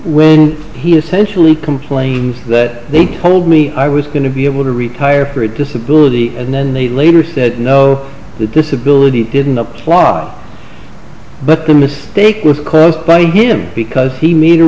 when he essentially complains that they told me i was going to be able to retire for a disability and then they later said no the disability didn't applause but the mistake was closed by him because he